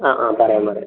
ആ ആ പറയാം പറയാം